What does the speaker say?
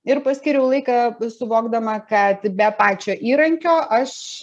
ir paskyriau laiką suvokdama kad be pačio įrankio aš